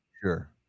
sure